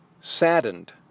saddened